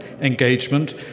engagement